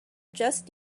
just